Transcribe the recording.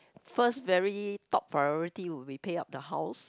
first very top priority would be pay up the house